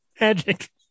magic